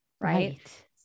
Right